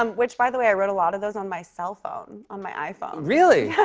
um which, by the way, i wrote a lot of those on my cellphone, on my iphone. really! yes.